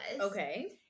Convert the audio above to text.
Okay